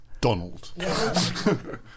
Donald